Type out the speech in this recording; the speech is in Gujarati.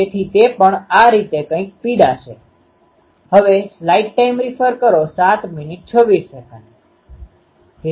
તેથી તે પણ આરીતે કંઈક પીડાશે